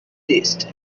tasted